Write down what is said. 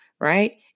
right